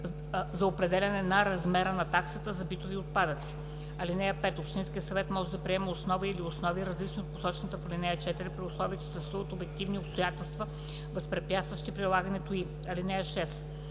за определяне на размера на таксата за битови отпадъци. (5) Общинският съвет може да приеме основа или основи, различни от посочената в ал. 4, при условие че съществуват обективни обстоятелства, възпрепятстващи прилагането ѝ. (6)